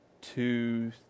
two